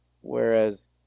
Whereas